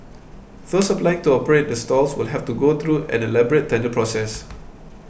those applying to operate the stalls will have to go through an elaborate tender process